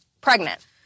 pregnant